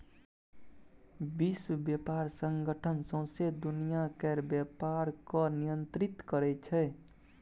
विश्व बेपार संगठन सौंसे दुनियाँ केर बेपार केँ नियंत्रित करै छै